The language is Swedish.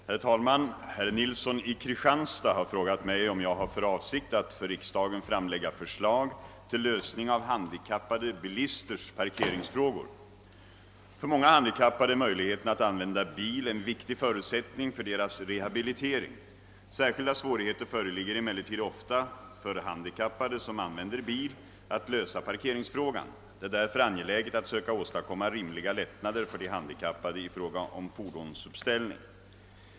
Herr talman! Herr Nilsson i Kristianstad har frågat mig, om jag har för avsikt att för riksdagen framlägga förslag till lösning av handikappade bilisters parkeringsfrågor. För många handikappade är möjligheten att använda bil en viktig förutsättning för deras rehabilitering. Särskilda svårigheter föreligger emeilertid ofta för handikappade som använder bi: att lösa parkeringsfrågan. Det är därför angeläget att söka åstadkomma rimliga lättnader för de handikappade i fråga om fordonsuppställning.